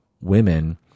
women